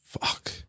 fuck